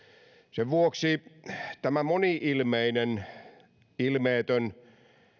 sen vuoksi tämä moni ilmeinen ilmeetön